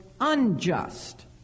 unjust